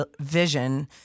vision